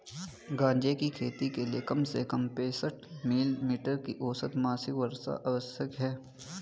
गांजे की खेती के लिए कम से कम पैंसठ मिली मीटर की औसत मासिक वर्षा आवश्यक है